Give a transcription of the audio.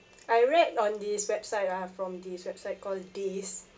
I read on this website lah from this website called days